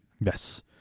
Yes